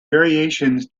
variations